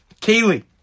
Kaylee